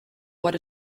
what